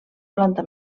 planta